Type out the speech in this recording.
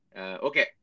Okay